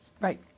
Right